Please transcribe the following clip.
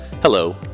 Hello